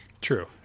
true